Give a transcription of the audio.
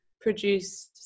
produce